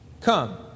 Come